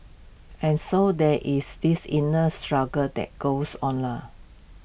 and so there is this inner struggle that goes on lor